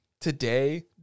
today